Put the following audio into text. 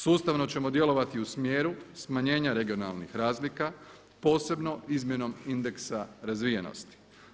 Sustavno ćemo djelovati u smjeru smanjenja regionalnih razlika, posebno izmjenom indeksa razvijenosti.